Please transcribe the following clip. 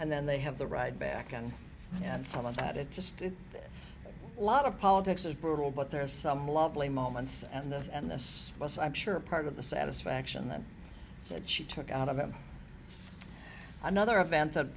and then they have the ride back on and some of that it just a lot of politics is brutal but there is some lovely moments and this and this was i'm sure part of the satisfaction that she took out of him another event that